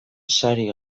sari